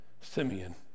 Simeon